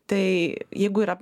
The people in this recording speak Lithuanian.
tai jeigu yra